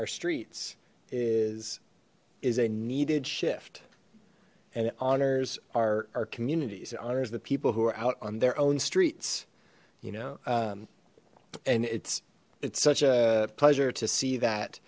our streets is is a needed shift and it honors our our communities it honors the people who are out on their own streets you know um and it's it's such a pleasure to see that